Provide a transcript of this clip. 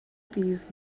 these